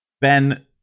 ben